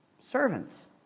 servants